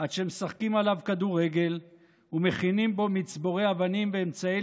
עד שמשחקים עליו כדורגל ומכינים בו מצבורי אבנים ואמצעי